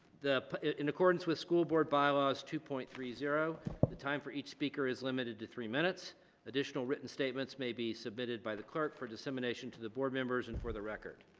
the in accordance with school board bylaws two point three zero the time for each speaker is limited to three minutes additional written statements may be submitted by the clerk for dissemination to the board members and for the record.